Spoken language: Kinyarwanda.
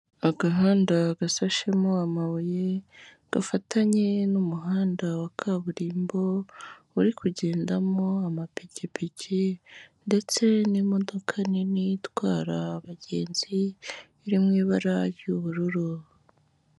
Agahanda gasashemo amabuye gafatanye n'umuhanda wa kaburimbo, uri kugendamo amapikipiki ndetse n'imodoka nini itwara abagenzi iri mu ibara ry'ubururu.